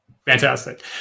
Fantastic